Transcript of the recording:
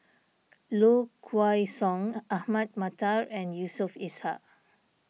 Low Kway Song Ahmad Mattar and Yusof Ishak